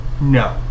no